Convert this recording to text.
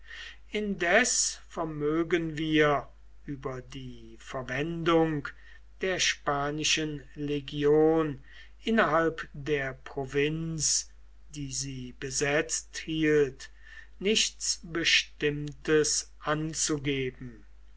indes vermögen wir über die verwendung der spanischen legion innerhalb der provinz die sie besetzt hielt nichts bestimmtes anzugeben